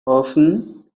often